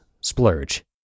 splurge